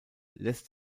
lässt